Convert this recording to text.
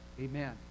Amen